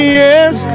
yes